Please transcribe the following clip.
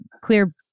clear